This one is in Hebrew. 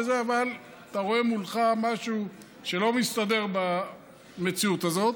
אבל אתה רואה מולך משהו שלא מסתדר במציאות הזאת.